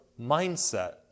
mindset